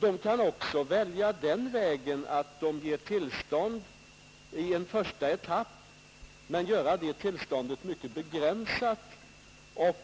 Nämnden kan också välja att ge tillstånd till en första etapp, men göra det tillståndet mycket begränsat. När